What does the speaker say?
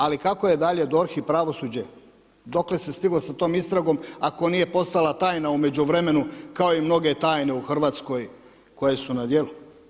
Ali kako je dalje DORH i pravosuđe, dokle se stiglo sa tom istragom, ako nije postala tajna u međuvremenu, kao i mnoge tajne u RH koje su na djelu.